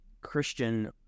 Christian